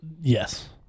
Yes